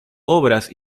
obras